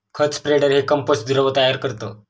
खत स्प्रेडर हे कंपोस्ट द्रव तयार करतं